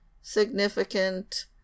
significant